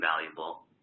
valuable